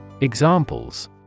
Examples